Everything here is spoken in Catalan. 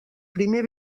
primer